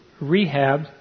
rehab